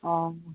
অঁ